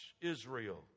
israel